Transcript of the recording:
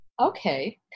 Okay